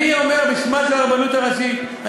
אני אומר בשמה של הרבנות הראשית,